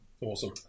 Awesome